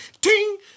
ting